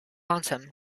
方程